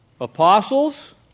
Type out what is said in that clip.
apostles